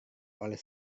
oleh